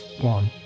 one